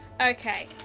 Okay